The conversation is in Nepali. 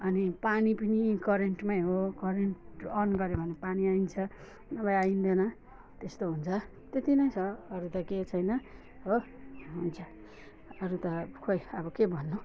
अनि पानी पनि करेन्टमै हो करेन्ट अन गऱ्यो भने पानी आइन्छ नभए आइन्दैन त्यस्तो हुन्छ त्यति नै छ अरू त केही छैन हो हुन्छ अरू त खै के भन्नु